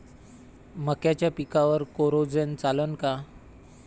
मक्याच्या पिकावर कोराजेन चालन का?